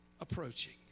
approaching